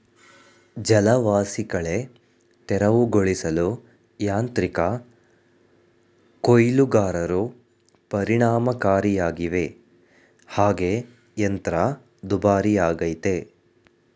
ಜಲವಾಸಿಕಳೆ ತೆರವುಗೊಳಿಸಲು ಯಾಂತ್ರಿಕ ಕೊಯ್ಲುಗಾರರು ಪರಿಣಾಮಕಾರಿಯಾಗವೆ ಹಾಗೆ ಯಂತ್ರ ದುಬಾರಿಯಾಗಯ್ತೆ